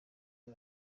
iyo